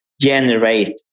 generate